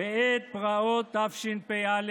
בעת פרעות תשפ"א,